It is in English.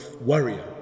warrior